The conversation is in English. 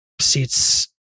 seats